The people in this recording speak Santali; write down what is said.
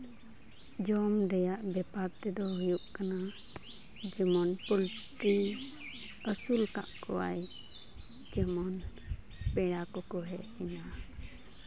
ᱡᱚᱢ ᱨᱮᱭᱟᱜ ᱵᱮᱯᱟᱨ ᱛᱮᱫᱚ ᱦᱩᱭᱩᱜ ᱠᱟᱱᱟ ᱡᱮᱢᱚᱱ ᱯᱳᱞᱴᱨᱤ ᱟᱹᱥᱩᱞ ᱠᱟᱜ ᱠᱚᱣᱟᱧ ᱡᱮᱢᱚᱱ ᱯᱮᱲᱟ ᱠᱚᱠᱚ ᱦᱮᱡ ᱮᱱᱟ